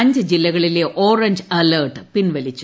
അഞ്ച് ജില്ലകളിലെ orange alert പിൻവലിച്ചു